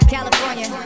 California